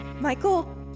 Michael